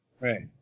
Right